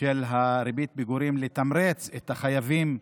של ריבית הפיגורים, לתמרץ את החייבים